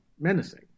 menacing